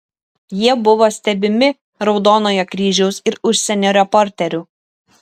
jie buvo stebimi raudonojo kryžiaus ir užsienio reporterių